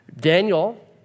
Daniel